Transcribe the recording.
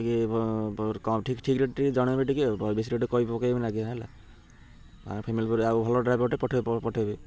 ଟିକେ ଠିକ୍ ଠିକ୍ ରେଟ୍ ଟିକେ ଜଣେଇବେ ଟିକେ ବେଶୀ ରେଟ୍ କହିପକେଇବେନି ଆଜ୍ଞା ହେଲା ଫ୍ୟାମିଲି ଆଉ ଭଲ ଡ୍ରାଇଭରଟେ ପଠେଇ ପଠେଇବେ